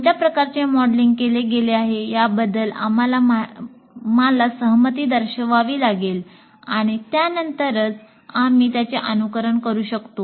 कोणत्या प्रकारचे मॉडेलिंग केले गेले आहे याबद्दल आम्हाला सहमती दर्शवावी लागेल आणि त्यानंतरच आम्ही त्याचे अनुकरण करू शकतो